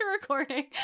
recording